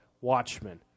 Watchmen